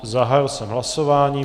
Zahájil jsem hlasování.